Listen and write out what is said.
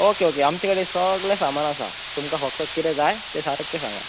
okay okay आमचे कडेन सगले सामान आसा तुमकां फक्त कितें जाय ते सारके सांगां